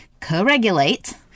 co-regulate